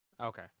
okay